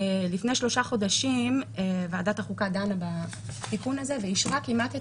לפני שלושה חודשים ועדת החוקה דנה בתיקון הזה ואישרה כמעט את